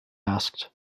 asked